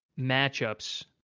matchups